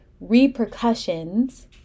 Repercussions